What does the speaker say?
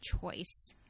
choice